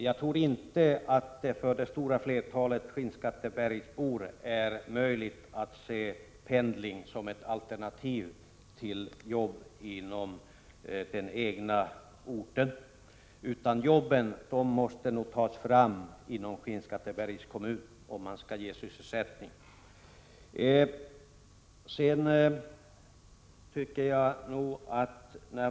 Jag tror inte att det för det stora flertalet skinnskattebergsbor är möjligt att se pendling som ett alternativ till jobb inom den egna orten. Om man skall ge sysselsättning måste jobben tas fram inom Skinnskattebergs kommun.